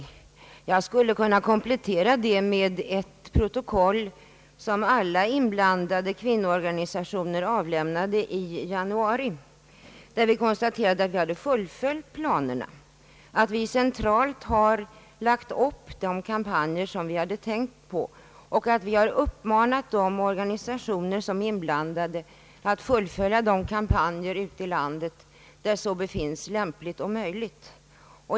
Annars skulle jag kunna komplettera med ett protokoll, som alla inblandade kvinnoorganisationer avlämnade i januari, där vi konstaterade att vi hade fullföljt planerna, att vi centralt lagt upp de kampanjer vi tänkt på och där vi uppmanade de inblandade organisationerna att fullfölja dessa kampanjer ute i landet där så befanns lämpligt och möjligt.